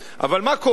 אבל מה קורה היום?